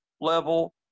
level